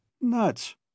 Nuts